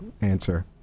answer